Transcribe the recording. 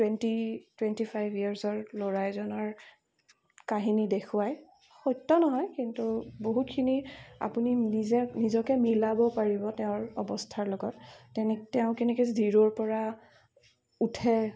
twenty twenty five ইয়েৰ্ছৰ ল'ৰা এজনৰ কাহিনী দেখুৱাই সত্য নহয় কিন্তু বহুতখিনি আপুনি নিজে নিজকে মিলাব পাৰিব তেওঁৰ অৱস্থাৰ লগত তেনে তেওঁ কেনেকৈ জিৰ'ৰ পৰা উঠে